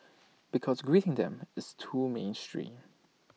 because greeting them is too mainstream